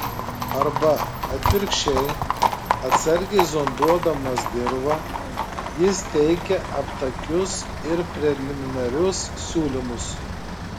arba atvirkščiai atsargiai zonduodamas dirvą jis teikia aptakius ir preliminarius siūlymus